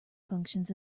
functions